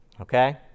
Okay